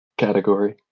category